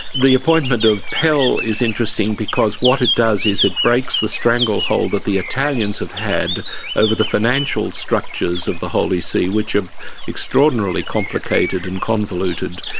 the appointment of pell is interesting because what it does is it breaks the stranglehold that the italians have had over the financial structures of the holy see which are extraordinarily complicated and convoluted,